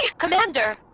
yeah commander!